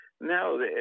no